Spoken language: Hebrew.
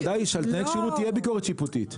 ודאי שעל תנאי כשירות תהיה ביקורת שיפוטית.